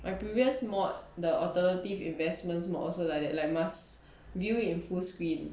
my previous mod the alternative investment mod also like that like must view it in full screen